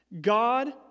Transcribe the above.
God